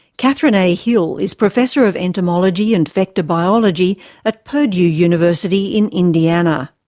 catherine a hill is professor of entomology and vector biology at purdue university in indiana.